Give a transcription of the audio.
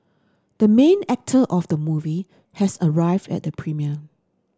the main actor of the movie has arrived at the premiere